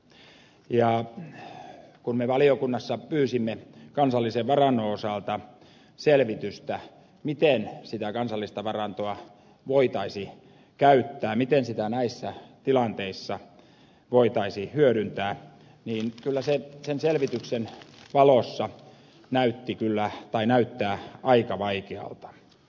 kun me valiokunnassa pyysimme kansallisen varannon osalta selvitystä miten sitä kansallista varantoa voitaisiin käyttää miten sitä näissä tilanteissa voitaisiin hyödyntää niin kyllä se sen selvityksen valossa näyttää aika vaikealta